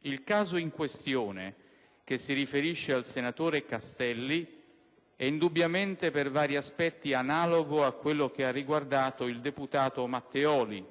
il caso in questione, che si riferisce al senatore Castelli, è indubbiamente per vari aspetti analogo a quello che ha riguardato l'allora deputato Matteoli.